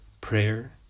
prayer